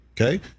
Okay